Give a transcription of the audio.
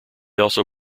also